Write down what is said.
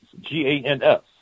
G-A-N-S